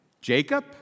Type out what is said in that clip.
Jacob